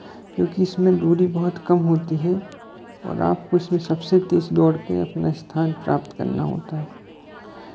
क्योंकि इसमें दूरी बहुत कम होती है और आपको उसमें सबसे तेज़ दौड़ के अपना स्थान प्राप्त करना होता है